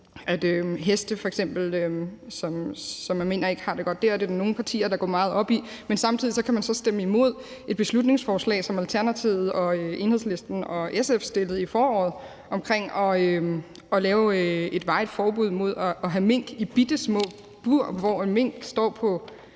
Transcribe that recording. heste, som man mener ikke har det godt der, og det er der nogle partier der går meget op i, men samtidig kan de så stemme imod et beslutningsforslag, som Alternativet, Enhedslisten og SF fremsatte i foråret, om at lave et varigt forbud mod at have mink i bittesmå bure, hvor en mink står på